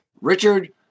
Richard